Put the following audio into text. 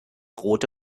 rote